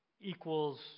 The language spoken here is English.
equals